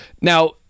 Now